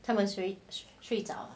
他们睡着